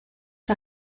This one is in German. der